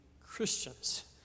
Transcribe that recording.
Christians